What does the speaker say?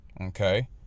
Okay